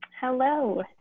Hello